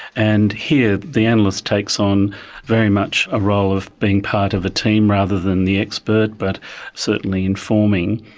and here the analyst takes on very much a role of being part of a team rather than the expert, but certainly informing.